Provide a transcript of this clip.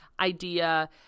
idea